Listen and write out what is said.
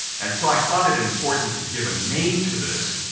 and so i thought it important to give a name to this,